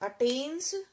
attains